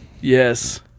yes